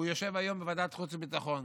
יושב היום בוועדת חוץ וביטחון